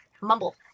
mumble